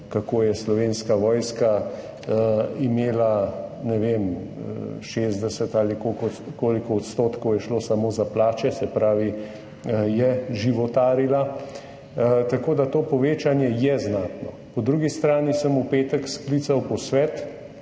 kako je Slovenska vojska imela 60 ali koliko odstotkov je šlo samo za plače, se pravi, je životarila, tako da to povečanje je znatno. Po drugi strani sem v petek sklical posvet